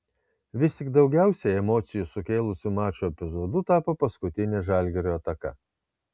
vis tik daugiausiai emocijų sukėlusiu mačo epizodu tapo paskutinė žalgirio ataka